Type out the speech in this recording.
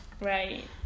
right